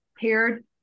paired